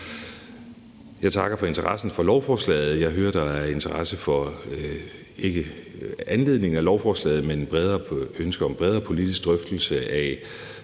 Jeg takker for interessen for lovforslaget, og jeg hører, at der er interesse for en drøftelse, ikke af anledningen til lovforslaget, men bredere politisk af brugen af